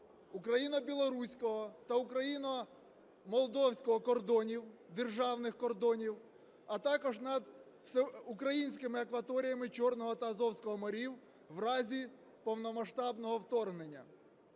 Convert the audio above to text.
україно-білоруського та україно-молдовського кордонів, державних кордонів, а також над українськими акваторіями Чорного та Азовського морів в разі повномасштабного вторгнення.